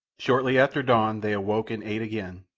shortly after dawn they awoke and ate again,